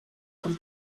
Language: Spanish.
con